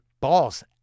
balls